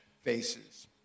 faces